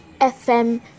fm